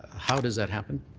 how does that happen?